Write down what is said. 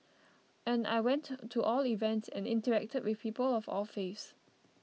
and I went to all events and interacted with people of all faiths